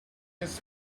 nice